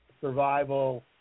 Survival –